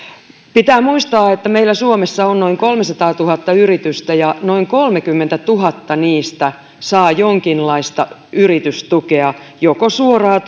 pitää muistaa että meillä suomessa on noin kolmesataatuhatta yritystä ja noin kolmekymmentätuhatta niistä saa jonkinlaista yritystukea joko suoraa